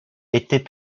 était